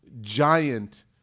giant